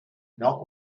not